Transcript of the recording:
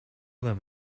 them